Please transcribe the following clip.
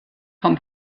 vom